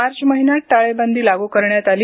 मार्च महिन्यात टाळेबंदी लागू करण्यात आली